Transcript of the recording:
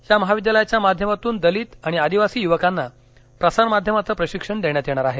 या महाविद्यालयाच्या माध्यमातून दलित आणि आदिवासी युवकांना प्रसार माध्यमांचं प्रशिक्षण देण्यात येणार आहे